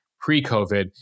pre-COVID